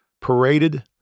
paraded